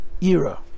era